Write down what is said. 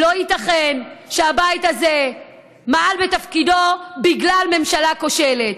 לא ייתכן שהבית הזה ימעל בתפקידו בגלל ממשלה כושלת.